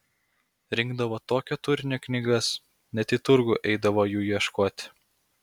rinkdavo tokio turinio knygas net į turgų eidavo jų ieškoti